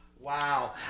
Wow